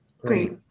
Great